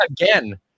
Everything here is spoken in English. again